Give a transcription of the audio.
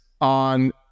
on